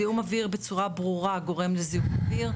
זיהום אוויר בצורה ברורה גורם לזיהום אוויר.